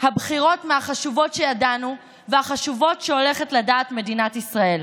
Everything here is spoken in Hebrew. הבחירות מהחשובות שידענו ומהחשובות שהולכת לדעת מדינת ישראל.